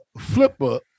flipper